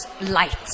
light